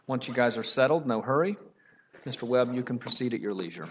once you guys are settled no hurry as to whether you can proceed at your leisure